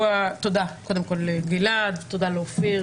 תודה לגלעד ואופיר